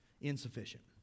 insufficient